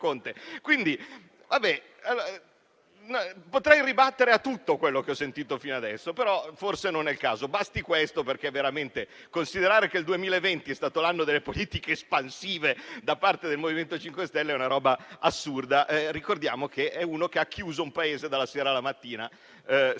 Potrei ribattere a tutto quello che ho sentito fino a adesso, ma forse non è il caso. Basta questo: considerare che il 2020 è stato l'anno delle politiche espansive da parte del MoVimento 5 Stelle è una roba assurda. Ricordiamo che Conte è uno che ha chiuso un Paese dalla sera alla mattina, senza che ce